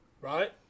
Right